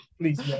please